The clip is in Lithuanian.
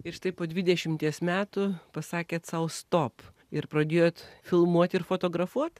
ir štai po dvidešimties metų pasakėt sau stop ir pradėjot filmuot ir fotografuot